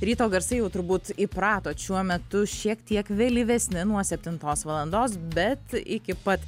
ryto garsai jau turbūt įpratot šiuo metu šiek tiek vėlyvesni nuo septintos valandos bet iki pat